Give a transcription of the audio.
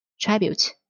Tribute